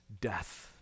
death